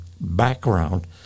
background